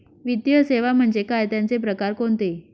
वित्तीय सेवा म्हणजे काय? त्यांचे प्रकार कोणते?